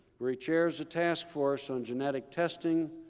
where he chairs a task force on genetic testing,